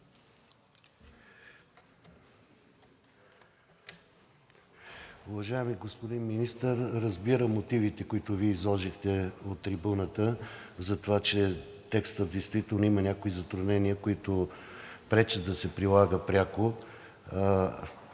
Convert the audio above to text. Уважаеми господин Министър, разбирам мотивите, които Вие изложихте от трибуната, за това, че текстът действително има някои затруднения, които пречат да се прилага пряко.